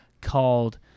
called